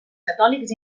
catòlics